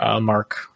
mark